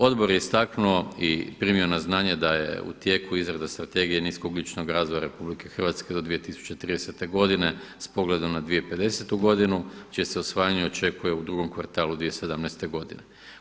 Odbor je istaknuo i primio na znanje da je u tijeku izrada strategije nisko ugljičnog razvoja RH do 2030. godine s pogledom na 2050. godinu čije se usvajanje očekuje u drugom kvartalu 2017. godine.